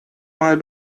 mal